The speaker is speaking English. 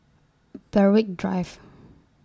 Berwick Drive